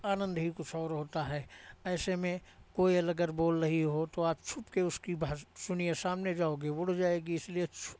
आनंद ही कुछ और होता है ऐसे में कोयल अगर बोल रही हो तो आप छुप के उसकी भाषा सुनिए सामने जाओगे उड़ जाएगी इसलिए छुप